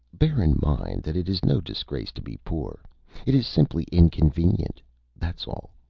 bear in mind that it is no disgrace to be poor it is simply inconvenient that's all.